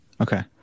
Okay